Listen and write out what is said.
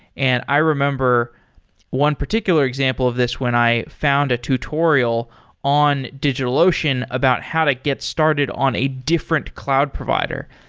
and i remember one particular example of this when i found a tutorial on digitalocean about how to get started on a different cloud provider.